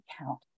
account